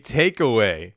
takeaway